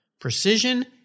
precision